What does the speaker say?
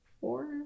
four